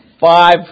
five